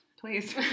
please